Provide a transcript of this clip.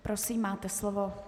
Prosím, máte slovo.